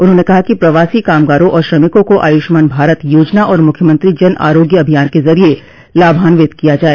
उन्होंने कहा प्रवासी कामगारों और श्रमिकों को आयुष्मान भारत योजना और मुख्यमंत्री जन आरोग्य अभियान के ज़रिए लाभान्वित किया जाए